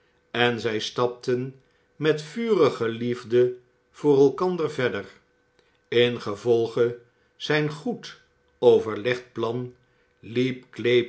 en zij stapten met vurige liefde voor elkander verder ingevolge zijn goed overl egd plan